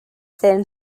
thin